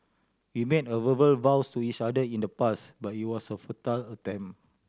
we made verbal vows to each other in the past but it was a futile attempt